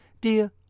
dear